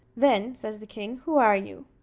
then, says the king, who are you?